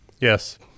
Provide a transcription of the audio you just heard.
Yes